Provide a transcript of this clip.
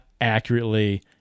accurately –